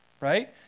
right